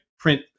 Print